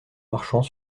marchant